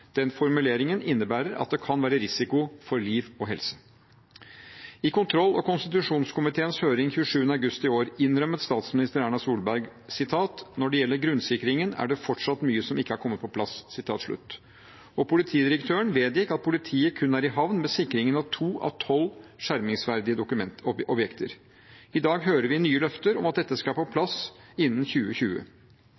Den formuleringen innebærer at det kan være risiko for liv og helse. I kontroll- og konstitusjonskomiteens høring 27. august i år innrømmet statsminister Erna Solberg: «Når det gjelder grunnsikringen, er det fortsatt mye som ikke har kommet på plass». Politidirektøren vedgikk at politiet kun er i havn med sikringen av to av tolv skjermingsverdige objekter. I dag hører vi nye løfter om at dette skal